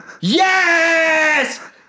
Yes